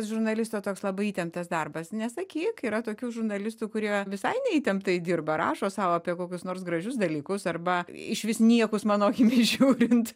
žurnalisto toks labai įtemptas darbas nesakyk yra tokių žurnalistų kurie visai neįtemptai dirba rašo sau apie kokius nors gražius dalykus arba išvis niekus mano akimis žiūrint